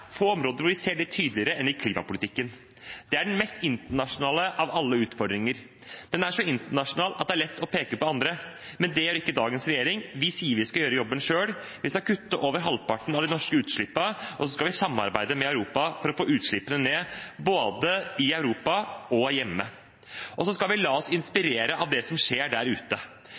den mest internasjonale av alle utfordringer. Den er så internasjonal at det er lett å peke på andre, men det gjør ikke dagens regjering; vi sier at vi skal gjøre jobben selv. Vi skal kutte over halvparten av de norske utslippene, og så skal vi samarbeide med Europa for å få utslippene ned, både i Europa og hjemme. Vi skal også la oss inspirere av det som skjer der ute.